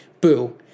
boo